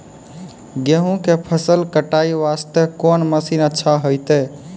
गेहूँ के फसल कटाई वास्ते कोंन मसीन अच्छा होइतै?